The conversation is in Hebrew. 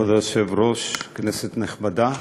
כבוד היושב-ראש, כנסת נכבדה,